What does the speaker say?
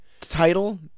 Title